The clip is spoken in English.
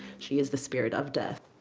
she is the spirit of death.